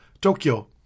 Tokyo